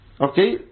Okay